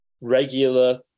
regular